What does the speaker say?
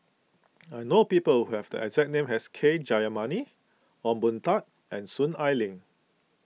I know people who have the exact name as K Jayamani Ong Boon Tat and Soon Ai Ling